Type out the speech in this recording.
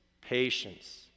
patience